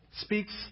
speaks